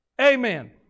Amen